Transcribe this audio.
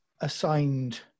assigned